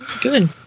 Good